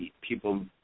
people